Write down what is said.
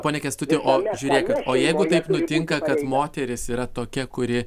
pone kęstuti o žiūrėkit o jeigu taip nutinka kad moteris yra tokia kuri